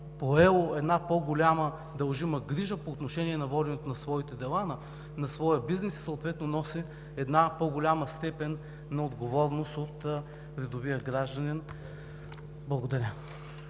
поело една по-голяма дължима грижа по отношение на воденето на своите дела, на своя бизнес и съответно носи една по-голяма степен на отговорност от редовия гражданин. Благодаря.